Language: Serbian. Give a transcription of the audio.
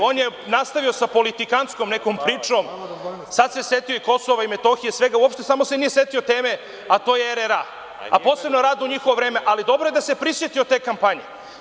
On je nastavio sa politikantskom nekom pričom, sad se setio i Kosova i Metohije, svega uopšte, samo se nije setio teme, a to je RRA, a posebno rad u njihovo vreme, ali dobro je da se prisetio te kampanje.